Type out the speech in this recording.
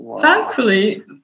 Thankfully